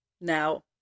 now